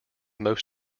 more